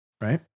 Right